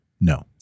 No